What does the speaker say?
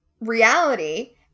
reality